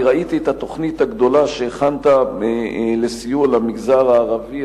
אני ראיתי את התוכנית הגדולה שהכנת לסיוע למגזר הערבי,